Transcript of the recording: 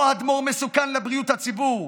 לא האדמו"ר מסוכן לבריאות הציבור,